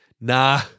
nah